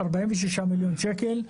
46 מיליון שקל.